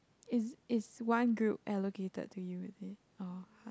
is is one group allocated to you is it or how